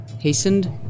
Hastened